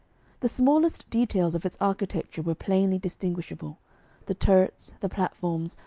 the smallest details of its architecture were plainly distinguishable the turrets, the platforms,